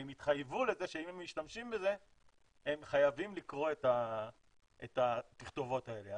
והם יתחייבו לזה שאם הם משתמשים בזה הם חייבים לקרוא את התכתובות האלה.